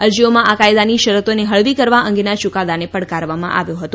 અરજીઓમાં આ કાયદાની શરતોને હળવી કરવા અંગેના યુકાદાને પડકારવામાં આવ્યો હતો